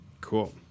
cool